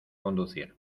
conducir